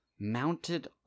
mounted